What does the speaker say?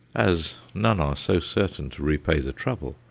as none are so certain to repay the trouble,